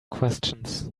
questions